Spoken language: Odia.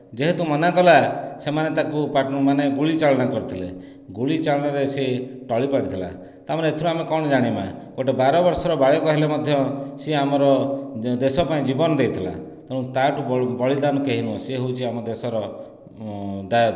ଯେହେତୁ ମନା କଲା ସେମାନେ ତାକୁ ମାନେ ଗୁଳି ଚାଳନା କରିଥିଲେ ଗୁଳି ଚାଳନାରେ ସେ ଟଳି ପଡ଼ିଥିଲା ତା ମାନେ ଏଥିରୁ ଆମେ କ'ଣ ଜାଣିବା ଗୋଟେ ବାର ବର୍ଷର ବାଳକ ହେଲେ ମଧ୍ୟ ସେ ଆମର ଦେଶ ପାଇଁ ଜୀବନ ଦେଇଥିଲା ତେଣୁ ତାଠୁ ବଳି ବଳିଦାନ କେହି ନୁହଁ ସେ ହେଉଛି ଆମ ଦେଶର ଦାୟାଦ